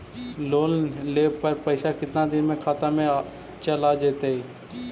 Loan लेब पर पैसा कितना दिन में खाता में चल आ जैताई?